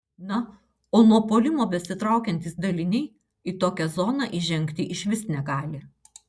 na o nuo puolimo besitraukiantys daliniai į tokią zoną įžengti išvis negali